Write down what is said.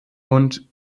und